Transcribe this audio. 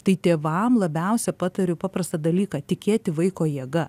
tai tėvam labiausia patariu paprastą dalyką tikėti vaiko jėga